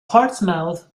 portsmouth